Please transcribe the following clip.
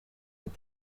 een